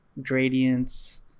gradients